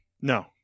No